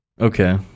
Okay